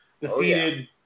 defeated